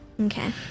Okay